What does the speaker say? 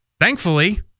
thankfully